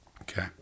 Okay